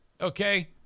Okay